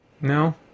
no